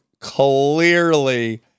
clearly